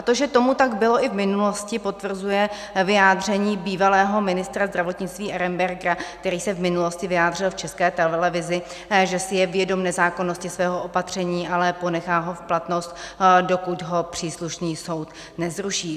To, že tomu tak bylo i v minulosti, potvrzuje vyjádření bývalého ministra zdravotnictví Arenbergera, který se v minulosti vyjádřil v České televizi, že si je vědom nezákonnosti svého opatření, ale ponechá ho v platnosti, dokud ho příslušný soud nezruší.